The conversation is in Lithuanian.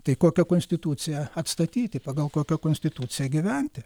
tai kokią konstituciją atstatyti pagal kokią konstituciją gyventi